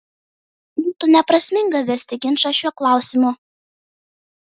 būtų neprasminga vesti ginčą šiuo klausimu